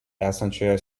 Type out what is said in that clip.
esančioje